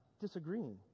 disagreeing